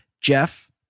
Jeff